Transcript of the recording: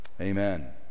Amen